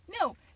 No